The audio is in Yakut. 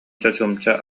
чочумча